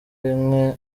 rimwe